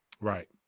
Right